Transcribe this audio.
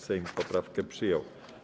Sejm poprawki przyjął.